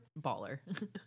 baller